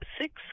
six